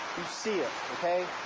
you see it, okay?